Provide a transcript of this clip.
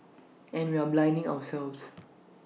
and we are blinding ourselves